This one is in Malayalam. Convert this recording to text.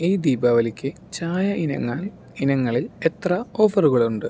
ഈ ദീപാവലിക്ക് ചായ ഇനങ്ങളിൽ എത്ര ഓഫറുകളുണ്ട്